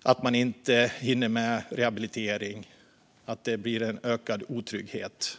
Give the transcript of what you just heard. över att man inte hinner med rehabilitering och över att det blir en ökad otrygghet.